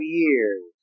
years